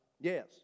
Yes